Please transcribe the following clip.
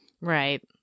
Right